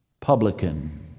publican